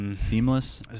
Seamless